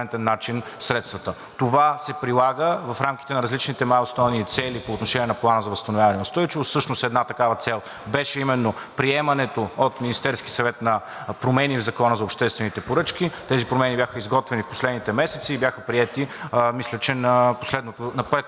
Това се прилага в рамките на различните най-основни цели по отношение на Плана за възстановяване и устойчивост. Всъщност една такава цел беше именно приемането от Министерския съвет на промени в Закона за обществените поръчки. Тези промени бяха изготвени в последните месеци и бяха приети, мисля, че на предпоследното